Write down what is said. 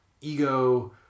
ego